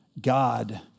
God